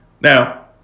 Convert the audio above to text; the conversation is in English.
Now